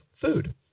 food